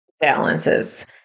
balances